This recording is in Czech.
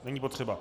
Není potřeba.